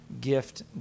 gift